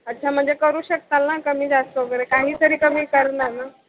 अच्छा म्हणजे करू शकाल ना कमीजास्त वगैरे काहीतरी कमी करणार ना